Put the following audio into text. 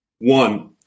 One